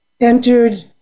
entered